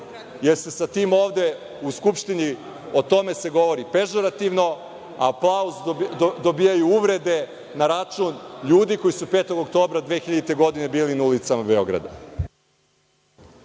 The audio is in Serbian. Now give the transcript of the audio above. jer se sa tim ovde u Skupštini govori pežorativno, a aplauz dobijaju uvrede na račun ljudi koji su 5. oktobra 2000. godine bili na ulicama Beograda.